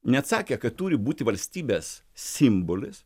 neatsakė kad turi būti valstybės simbolis